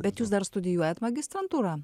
bet jūs dar studijuojat magistrantūrą